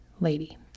lady